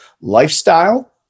lifestyle